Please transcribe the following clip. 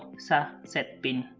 so set pin.